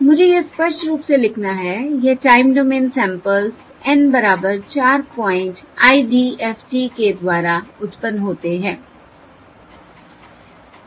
मुझे यह स्पष्ट रूप से लिखना है यह टाइम डोमेन सैंपल्स N बराबर 4 प्वाइंट IDFT के द्वारा उत्पन्न होते हैं